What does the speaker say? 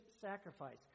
sacrifice